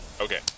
Okay